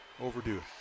overdue